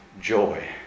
joy